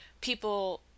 people